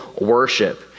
worship